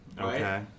Okay